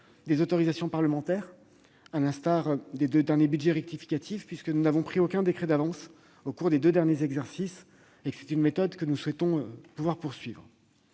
des autorisations parlementaires, à l'instar des deux derniers budgets rectificatifs. Nous n'avons ainsi pris aucun décret d'avance au cours des deux derniers exercices, une méthode dont nous souhaitons poursuivre